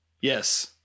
Yes